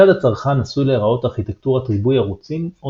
צד הצרכן עשוי להראות ארכיטקטורת ריבוי-ערוצים או